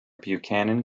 buchanan